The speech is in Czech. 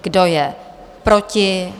Kdo je proti?